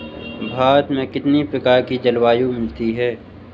भारत में कितनी प्रकार की जलवायु मिलती है?